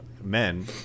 men